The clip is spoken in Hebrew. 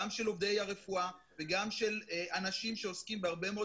גם של עובדי הרפואה וגם של אנשים שעוסקים בהרבה מאוד